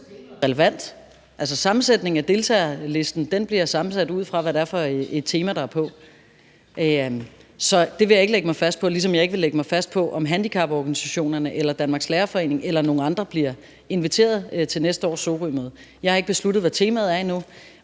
relevant. Altså, deltagerlisten bliver sammensat ud fra, hvad det er for et tema, der er på. Så det vil jeg ikke lægge mig fast på, ligesom jeg ikke vil lægge mig fast på, om handicaporganisationerne eller Danmarks Lærerforening eller nogen andre bliver inviteret til næste års Sorømøde. Jeg har endnu ikke besluttet, hvad temaet er,